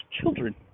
children